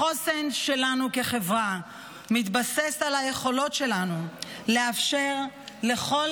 החוסן שלנו כחברה מתבסס על היכולת שלנו לאפשר לכל